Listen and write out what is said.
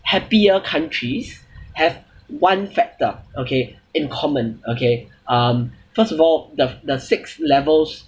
happier countries have one factor okay in common okay um first of all the the six levels